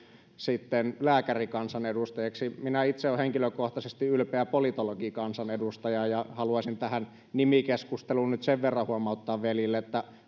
sitten lääkärikansanedustajiksi minä itse olen henkilökohtaisesti ylpeä politologikansanedustaja ja haluaisin tähän nimikeskusteluun nyt sen verran huomauttaa veljille että